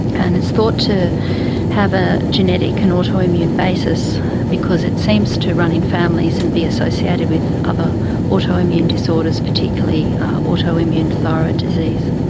and it's thought to have a genetic and autoimmune basis because it seems to run in families and be associated with other autoimmune disorders, particularly autoimmune thyroid disease.